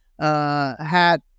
hat